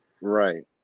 Right